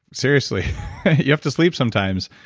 seriously you have to sleep sometimes,